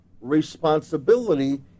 responsibility